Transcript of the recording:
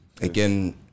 Again